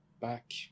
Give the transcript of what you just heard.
back